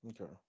Okay